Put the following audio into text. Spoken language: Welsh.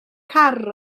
car